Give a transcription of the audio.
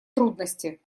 трудности